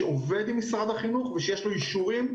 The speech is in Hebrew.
שעובד עם משרד החינוך ויש לו אישורים.